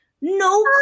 no